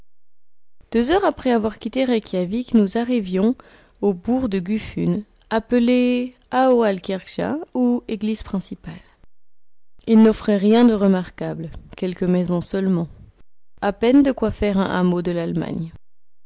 deux heures après avoir quitté reykjawik nous arrivions au bourg de gufunes appelé aoalkirkja ou église principale il n'offrait rien de remarquable quelques maisons seulement a peine de quoi faire un hameau de l'allemagne